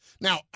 Now